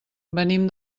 venim